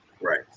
Right